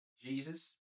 Jesus